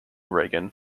reagan